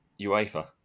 UEFA